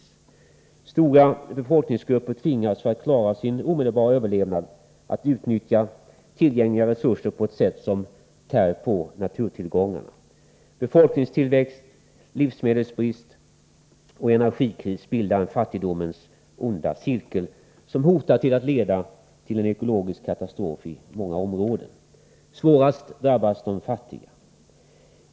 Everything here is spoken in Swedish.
Stora befolkningsgrupper tvingas, för att klara sin omedelbara överlevnad, att utnyttja tillgängliga resurser på ett sätt som tär på naturtillgångarna. Befolkningstillväxt, livsmedelsbrist och energikris bildar en fattigdomens onda cirkel som hotar att leda till ekologisk katastrof i många områden. Svårast drabbas de fattiga.